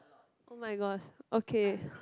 [oh]-my-gosh okay